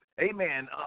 Amen